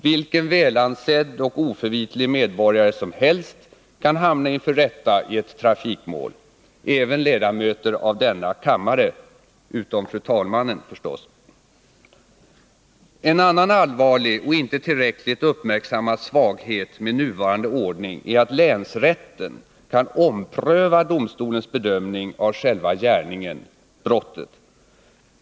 Vilken välansedd och oförvitlig medborgare som helst kan hamna inför rätta i ett trafikmål, även ledamöter av denna kammare — utom fru talmannen förstås. En annan allvarlig och inte tillräckligt uppmärksammad svaghet med nuvarande ordning är att länsrätten kan ompröva domstolens bedömning av själva gärningen, brottet.